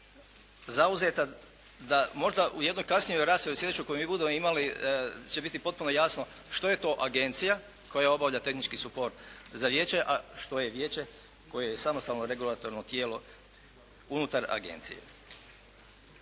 zauzeta, da možda u jednoj kasnijoj raspravi, u sljedećoj koju mi budemo imali, će biti potpuno jasno što je to agencija koja obavlja tehnički suport za vijeće, a što je vijeće koje je samostalno regulatorno tijelo unutar agencije.